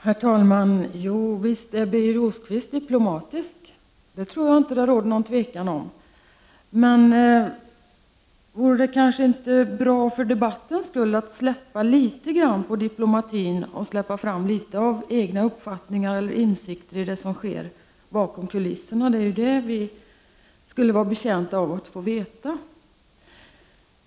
Herr talman! Jo, visst är Birger Rosqvist diplomatisk. Det tror jag inte att det råder någon tvekan om. Men vore det kanske inte bra för debatten att släppa litet av diplomatin och släppa fram litet av egna uppfattningar eller insikter i det som sker bakom kulisserna? Det är ju det vi skulle vara betjänta av att få veta.